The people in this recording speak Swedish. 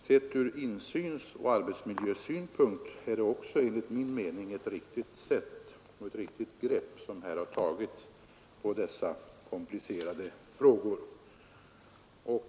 Sett ur insynsoch arbetsmiljösynpunkt är det också enligt min mening ett riktigt grepp som här har tagits på dessa komplicerade problem.